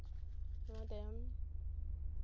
ᱱᱚᱣᱟ ᱛᱟᱭᱚᱢ